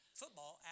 football